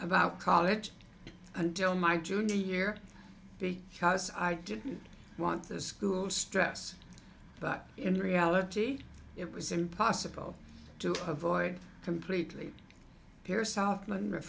about college until my junior year be because i didn't want the school stress but in reality it was impossible to avoid completely